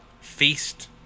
Feast